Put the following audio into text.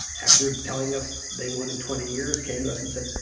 after telling us they wanted twenty years came to us and said,